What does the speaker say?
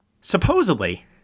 supposedly